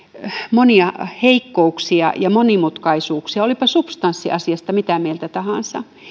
monia heikkouksia ja monimutkaisuuksia olipa substanssiasiasta mitä mieltä tahansa